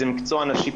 כי זה מקצוע נשי,